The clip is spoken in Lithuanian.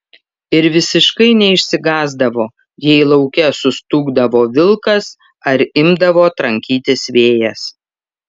ir visiškai neišsigąsdavo jei lauke sustūgdavo vilkas ar imdavo trankytis vėjas